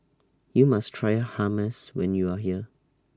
YOU must Try Hummus when YOU Are here